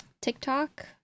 TikTok